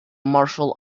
martial